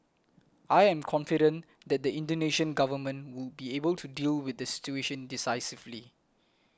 I am confident that the Indonesian government will be able to deal with the situation decisively